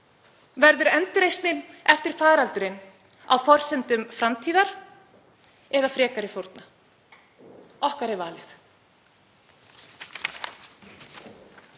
Verður endurreisnin eftir faraldurinn á forsendum framtíðar eða frekari fórna? Okkar er valið.